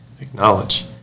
acknowledge